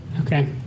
Okay